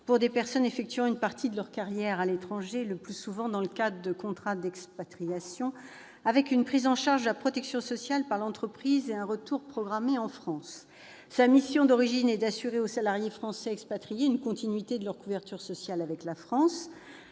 pour des personnes effectuant une partie de leur carrière à l'étranger, le plus souvent dans le cadre de contrats d'expatriation avec une prise en charge de la protection sociale par l'entreprise et un retour programmé en France. Sa mission d'origine est d'assurer aux salariés français expatriés une continuité de leur couverture sociale. Les